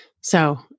So-